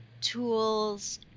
tools